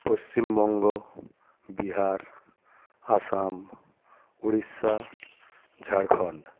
Paschimbanga Bihar Assam Orissa Jharkhand